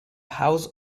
house